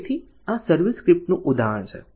તેથી આ સર્વિસ સ્ક્રિપ્ટનું ઉદાહરણ છે